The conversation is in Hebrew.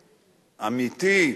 לעמיתי,